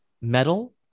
metal